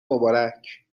مبارک